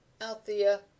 Althea